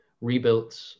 rebuilt